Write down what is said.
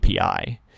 API